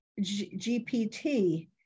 GPT